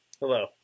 Hello